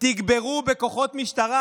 ותגברו בכוחות משטרה.